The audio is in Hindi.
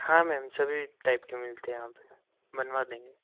हाँ मैम सभी टाइप के मिलते हैं यहां पर बनवा देंगे